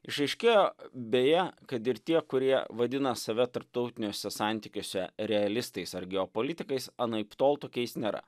išaiškėjo beje kad ir tie kurie vadina save tarptautiniuose santykiuose realistais ar geopolitikais anaiptol tokiais nėra